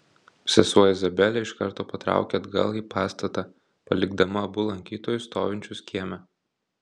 sesuo izabelė iš karto patraukė atgal į pastatą palikdama abu lankytojus stovinčius kieme